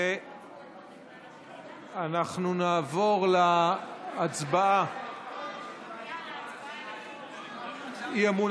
אנחנו נעבור להצבעת האי-אמון